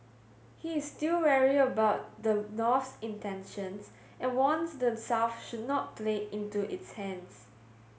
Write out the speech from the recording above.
he is still wary about the North's intentions and warns the South should not play into its hands